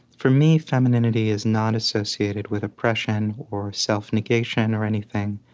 for me, femininity is not associated with oppression or self-negation or anything.